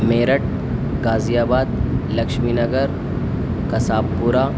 میرٹھ غازی آباد لکشمی نگر قصاب پورہ